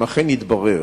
אם אכן יתברר,